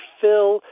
fill